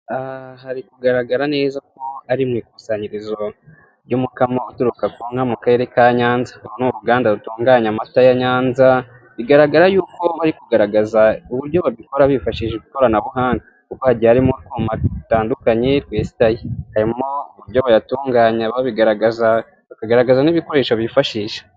Aha hari Kugaragara neza ko ari mu ikusanyirizo y'umukamo uturuka kunka mu karere ka nyanza. Uru ni uruganda rutunganya amata ya nyanza, bigaragara yuko bari kugaragaza uburyo babikora bifashishije ikoranabuhanga. Kuko hagiye harimo utwuma dutandukanye twesitaye. Harimo uburyo bayatunganya babigaragaza, bakagaragaza n'ibikoresho bifashisha.